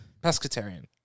Pescatarian